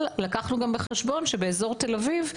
אבל לקחנו גם בחשבון שבאזור תל אביב,